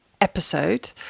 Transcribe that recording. episode